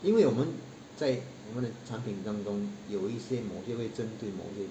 因为我们在我们的产品当中有一些某些会针对某些